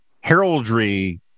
heraldry